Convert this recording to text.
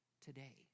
today